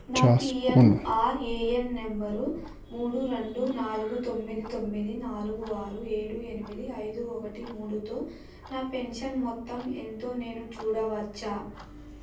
నా PNRAN number మూడు రెండు నాలుగు తొమ్మిది తొమ్మిది నాలుగు ఆరు ఏడు ఎనిమిది ఐదు ఒకటి మూడుతో నా పెన్షన్ మొత్తం ఎంతో నేను చూడవచ్చా